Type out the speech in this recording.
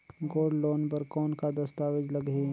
Gold loan बर कौन का दस्तावेज लगही?